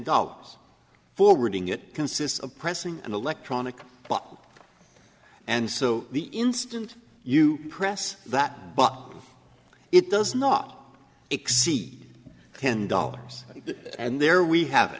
dollars forwarding it consists of pressing an electronic bot and so the instant you press that button it does not exceed ten dollars and there we have